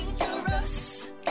Dangerous